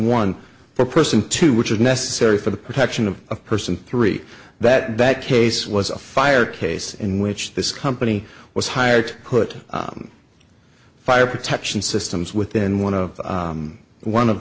one person to which is necessary for the protection of a person three that that case was a fire case in which this company was hired to put fire protection systems within one of one of